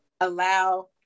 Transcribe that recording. allow